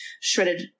shredded